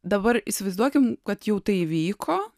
dabar įsivaizduokim kad jau tai įvyko